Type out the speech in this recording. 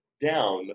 down